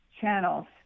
channels